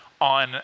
on